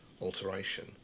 alteration